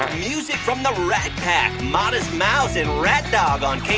and music from the rat pack, modest mouse and ratdog on kwow,